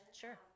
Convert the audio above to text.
Sure